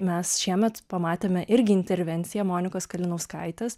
mes šiemet pamatėme irgi intervenciją monikos kalinauskaitės